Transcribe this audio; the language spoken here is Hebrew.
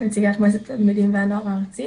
נציגת מועצת התלמידים והנוער הארצית